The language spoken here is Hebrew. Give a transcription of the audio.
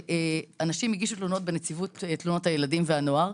אנשים שהגישו תלונות בנציבות תלונות הילדים והנוער,